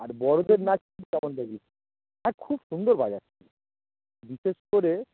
আর বড়দের নাচ কেমন দেখলি আর খুব সুন্দর বাজায় বিশেষ করে